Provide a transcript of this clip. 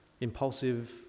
impulsive